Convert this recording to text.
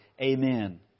Amen